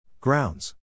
Grounds